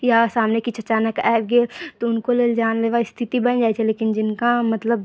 या सामने किछु अचानक आबि गेल तऽ हुनको लेल जानलेवा स्थिति बनि जाइ छै लेकिन जिनका मतलब